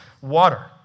water